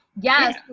Yes